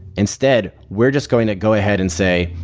instead, we're just going to go ahead and say,